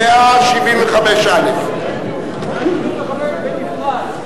עמוד 175א'. 175 בנפרד.